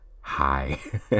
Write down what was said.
hi